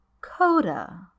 Coda